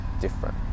different